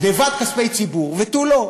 גנבת כספי ציבור, ותו לא.